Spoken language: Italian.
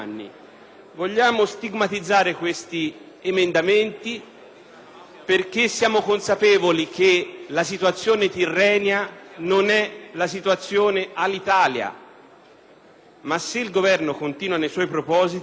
perché siamo consapevoli che la situazione della Tirrenia non è la situazione dell'Alitalia; ma se il Governo continua nei suoi propositi, può davvero diventare un nuovo caso Alitalia.